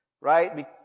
right